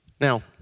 Now